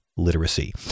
Literacy